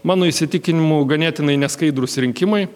mano įsitikinimu ganėtinai neskaidrūs rinkimai